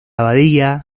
abadía